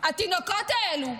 התינוקות האלו.